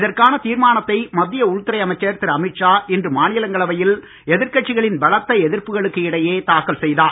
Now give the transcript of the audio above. இதற்கான தீர்மானத்தை மத்திய உள்துறை அமைச்சர் திரு அமீத் ஷா இன்று மாநிலங்களவையில் எதிர்கட்சிகளின் பலத்த எதிர்ப்புகளுக்கு இடையே தாக்கல் செய்தார்